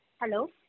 Hello